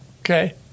Okay